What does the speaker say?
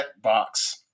checkbox